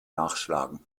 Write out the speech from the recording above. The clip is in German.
nachschlagen